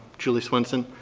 julie swanson.